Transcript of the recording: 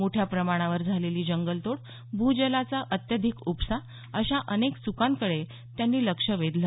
मोठ्या प्रमाणावर झालेली जंगलतोड भूजलाचा अत्यधिक उपसा अशा अनेक च्रकांकडे त्यांनी लक्ष वेधलं